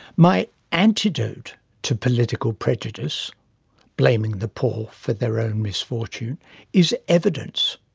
my antidote to political prejudice blaming the poor for their own misfortune is evidence.